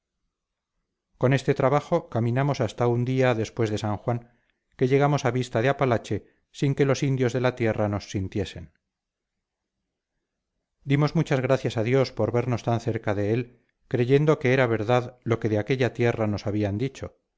con este trabajo caminamos hasta un día después de san juan que llegamos a vista de apalache sin que los indios de la tierra nos sintiesen dimos muchas gracias a dios por vernos tan cerca de él creyendo que era verdad lo que de aquella tierra nos habían dicho